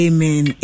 Amen